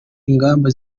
ingamba